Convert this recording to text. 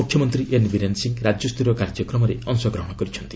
ମୁଖ୍ୟମନ୍ତ୍ରୀ ଏନ୍ ବୀରେନ୍ ସିଂ ରାଜ୍ୟସ୍ତରୀୟ କାର୍ଯ୍ୟକ୍ରମରେ ଅଂଶଗ୍ରହଣ କରିଛନ୍ତି